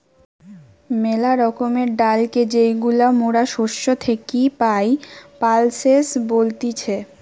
মেলা রকমের ডালকে যেইগুলা মরা শস্য থেকি পাই, পালসেস বলতিছে